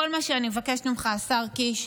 כל מה שאני מבקשת ממך, השר קיש,